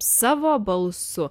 savo balsu